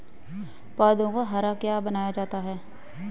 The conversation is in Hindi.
पौधों को हरा क्या बनाता है?